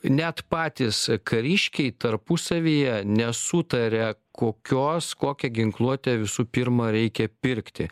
net patys kariškiai tarpusavyje nesutaria kokios kokią ginkluotę visų pirma reikia pirkti